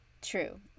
True